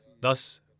Thus